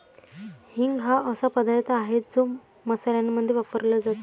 हिंग हा असा पदार्थ आहे जो मसाल्यांमध्ये वापरला जातो